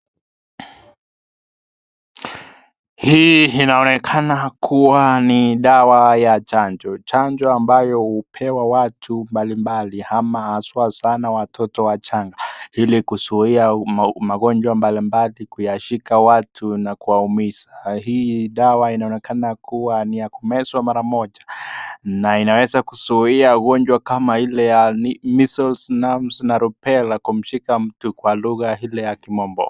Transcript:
Hii inaonekana kuwa ni dawa ya chanjo. Chanjo ambayo hupewa watu mbalimbali ama haswa sana watoto wachanga ili kuzuia magonjwa mbalimbali kuyashika watu na kuwaumiza. Na hii dawa inaonekana kuwa ni ya kumezwa mara moja na inaweza kuzuia ugonjwa kama ile ya measles, mumps na rubella kumshika mtu kwa lugha ile ya kimombo.